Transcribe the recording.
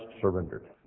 surrendered